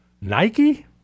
Nike